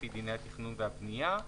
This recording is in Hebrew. לפי דיני התכנון והבנייה,